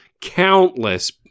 countless